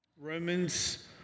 Romans